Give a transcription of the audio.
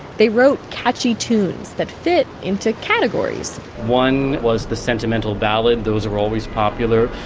they wrote catchy tunes that fit into categories. one was the sentimental ballad, those were always popular.